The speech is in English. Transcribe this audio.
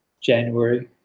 January